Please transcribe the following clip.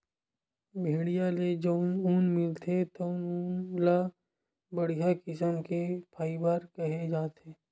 भेड़िया ले जउन ऊन मिलथे तउन ल बड़िहा किसम के फाइबर केहे जाथे